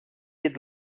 jet